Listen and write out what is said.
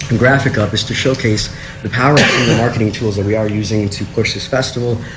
and graphic up is to showcase the power of the marketing tools that we are using to push this festival.